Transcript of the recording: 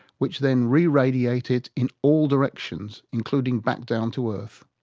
which then re-radiate it in all directions, including back down to earth.